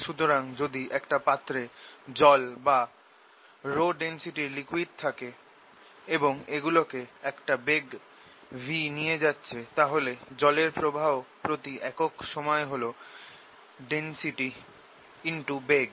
সুতরাং যদি একটা পাত্রে জল বা ρ ডেন্সিটির লিকুইড থাকে এবং এগুলো একটা বেগ v নিয়ে যাচ্ছে তাহলে জলের প্রবাহ প্রতি একক সময়ে হল ডেন্সিটি x বেগ